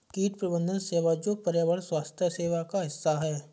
कीट प्रबंधन सेवा जो पर्यावरण स्वास्थ्य सेवा का हिस्सा है